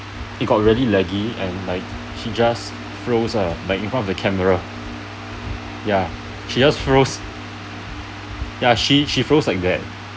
it got really laggy like she just froze uh like in front of the camera ya she just froze ya she she froze like that